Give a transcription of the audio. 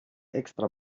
extra